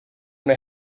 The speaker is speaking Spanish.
una